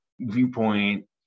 viewpoint